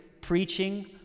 preaching